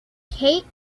kate